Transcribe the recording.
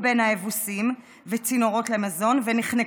בין האבוסים וצינורות למזון ונחנקו.